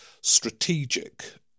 strategic